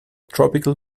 tropical